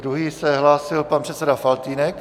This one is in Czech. Druhý se hlásil pan předseda Faltýnek.